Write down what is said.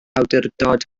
awdurdod